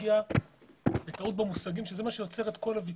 בטרמינולוגיה וזה מה שיוצר את הוויכוח.